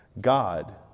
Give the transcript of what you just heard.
God